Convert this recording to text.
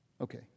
Okay